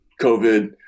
COVID